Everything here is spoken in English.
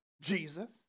Jesus